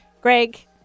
Greg